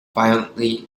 violently